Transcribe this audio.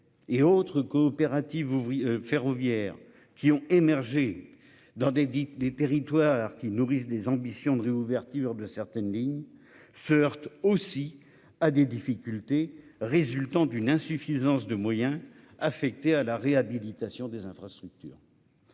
et autres coopératives ferroviaires qui ont émergé. Dans des dites des territoires qui nourrissent des ambitions de réouverture de certaines lignes se heurte aussi à des difficultés résultant d'une insuffisance de moyens affectés à la réhabilitation des infrastructures.